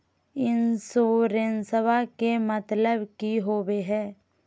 इंसोरेंसेबा के मतलब की होवे है?